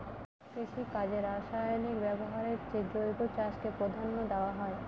কৃষিকাজে রাসায়নিক ব্যবহারের চেয়ে জৈব চাষকে প্রাধান্য দেওয়া হয়